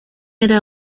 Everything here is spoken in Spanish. era